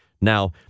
Now